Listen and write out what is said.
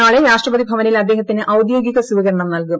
നാളെ രാഷ്ട്രപതി ഭവനിൽ അദ്ദേഹത്തിന് ഔദ്യോഗിക് സ്പീകരണം നൽകും